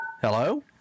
Hello